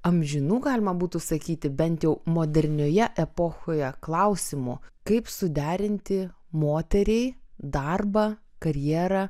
amžinų galima būtų sakyti bent jau modernioje epochoje klausimų kaip suderinti moteriai darbą karjerą